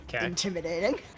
Intimidating